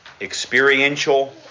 experiential